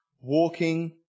walking